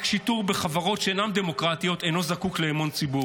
רק שיטור בחברות שאינן דמוקרטיות אינו זקוק לאמון ציבור.